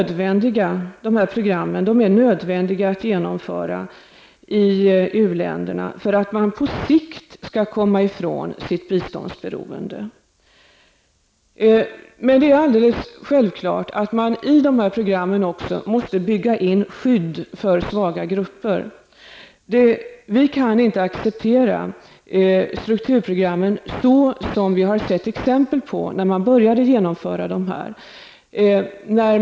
Dessa program är nödvändiga att genomföra i u-länderna för att dessa länder på sikt skall komma ifrån sitt biståndsberoende. Men det är alldeles självklart att man i dessa program måste bygga in skydd för svaga grupper. Vi kan inte acceptera strukturprogrammen så som vi har sett exempel på när man började genomföra dem.